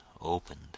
opened